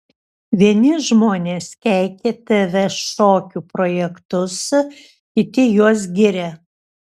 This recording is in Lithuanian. vieni žmonės keikia tv šokių projektus kiti juos giria